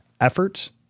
efforts